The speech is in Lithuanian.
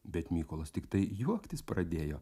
bet mykolas tiktai juoktis pradėjo